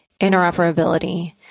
interoperability